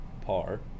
Par